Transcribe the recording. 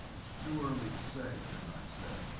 it's too early to say, goodnight said.